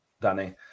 Danny